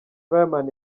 fireman